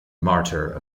martyr